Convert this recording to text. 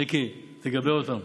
מיקי, תגבה אותם.